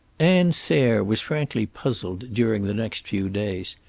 ann sayre was frankly puzzled during the next few days.